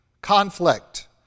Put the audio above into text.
conflict